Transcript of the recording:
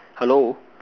hello